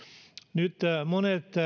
nyt monet